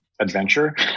adventure